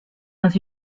dans